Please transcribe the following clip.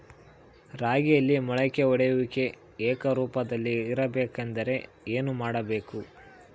ರಾಗಿಯಲ್ಲಿ ಮೊಳಕೆ ಒಡೆಯುವಿಕೆ ಏಕರೂಪದಲ್ಲಿ ಇರಬೇಕೆಂದರೆ ಏನು ಮಾಡಬೇಕು?